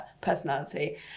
personality